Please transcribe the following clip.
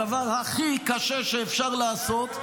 הדבר הכי קשה שאפשר לעשות,